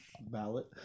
ballot